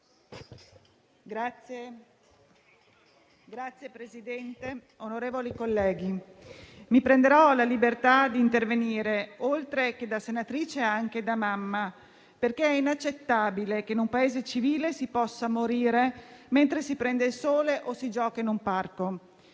Signor Presidente, onorevoli colleghi, mi prenderò la libertà di intervenire, oltre che da senatrice, anche da mamma, perché è inaccettabile che in un Paese civile si possa morire mentre si prende il sole o si gioca in un parco.